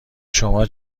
شما